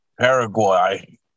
Paraguay